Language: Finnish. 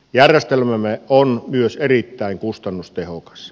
järjestelmämme on myös erittäin kustannustehokas